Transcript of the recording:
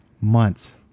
months